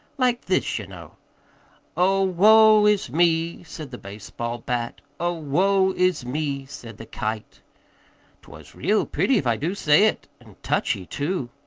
like this, ye know oh, woe is me, said the baseball bat, oh, woe is me, said the kite t was real pretty, if i do say it, an' touchy, too.